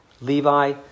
Levi